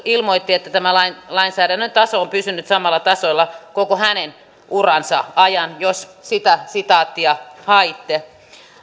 ilmoitti että lainsäädännön taso on pysynyt samalla tasolla koko hänen uransa ajan jos sitä sitaattia haitte